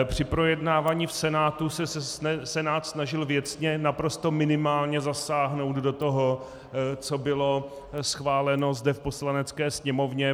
Při projednávání v Senátu se Senát snažil věcně, naprosto minimálně zasáhnout do toho, co bylo schváleno zde v Poslanecké sněmovně.